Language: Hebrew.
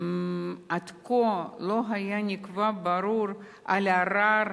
עד כה לא נקבע בבירור על ערר,